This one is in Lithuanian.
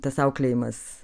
tas auklėjimas